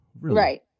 Right